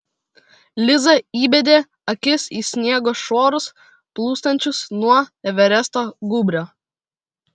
liza įbedė akis į sniego šuorus plūstančius nuo everesto gūbrio